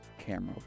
camera